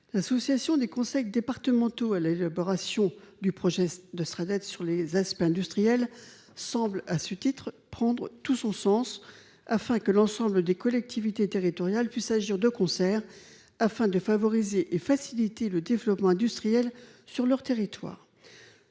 L'association des conseils départementaux à l'élaboration du projet de Sraddet sur les aspects industriels semble, à ce titre, prendre tout son sens. Celle-ci permettra à l'ensemble des collectivités territoriales d'agir de concert afin de favoriser et de faciliter le développement industriel de leurs territoires.